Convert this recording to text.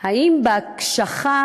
האם בהקשחה